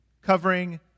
covering